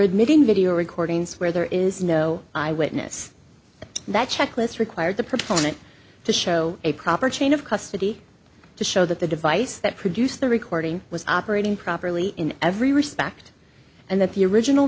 admitting video recordings where there is no eyewitness that checklist required the proponent to show a proper chain of custody to show that the device that produced the recording was operating properly in every respect and that the original